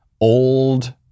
old